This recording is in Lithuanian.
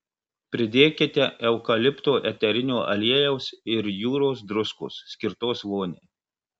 pridėkite eukalipto eterinio aliejaus ir jūros druskos skirtos voniai